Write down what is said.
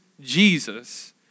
Jesus